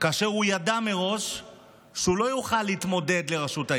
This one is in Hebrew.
והוא ידע מראש שהוא לא יוכל להתמודד לראשות העיר.